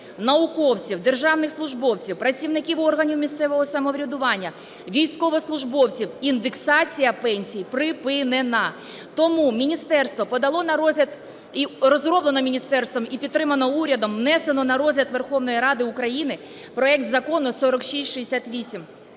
науковців, державних службовців, працівників органів місцевого самоврядування, військовослужбовців - індексація пенсій припинена. Тому міністерство подало на розгляд… І розроблено міністерством і підтримано урядом, внесено на розгляд Верховної Ради України проект Закону 4668,